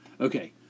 Okay